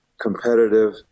competitive